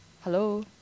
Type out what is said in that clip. Hello